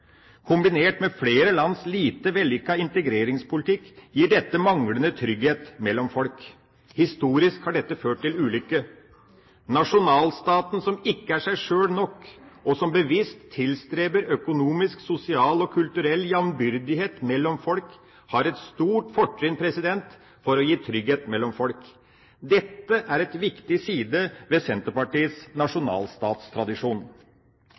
Kombinert med flere lands lite vellykkede integreringspolitikk gir dette manglende trygghet mellom folk. Historisk har dette ført til ulykke. Nasjonalstaten som ikke er seg sjøl nok, og som bevisst tilstreber økonomisk, sosial og kulturell jamnbyrdighet mellom folk, har et stort fortrinn for å gi trygghet hos folk. Dette er en viktig side ved Senterpartiets